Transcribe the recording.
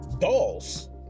dolls